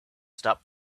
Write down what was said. stop